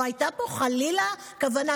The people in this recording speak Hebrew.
לא הייתה פה, חלילה, כוונה.